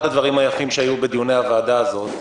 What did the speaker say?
היפים שהיו בדיוני הוועדה הזאת,